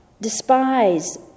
despise